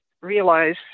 realize